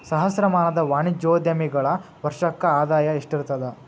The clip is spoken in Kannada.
ಸಹಸ್ರಮಾನದ ವಾಣಿಜ್ಯೋದ್ಯಮಿಗಳ ವರ್ಷಕ್ಕ ಆದಾಯ ಎಷ್ಟಿರತದ